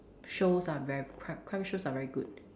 shows are very crime crime shows are very good